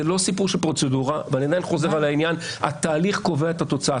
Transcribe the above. זה לא סיפור של פרוצדורה והתהליך קובע את התוצאה.